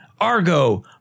argo